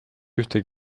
ühtegi